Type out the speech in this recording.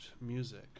music